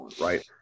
right